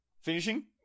Finishing